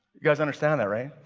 guys understand that, right?